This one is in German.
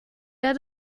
der